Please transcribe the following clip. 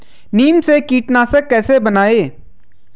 नीम से कीटनाशक कैसे बनाएं?